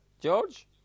George